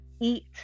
eat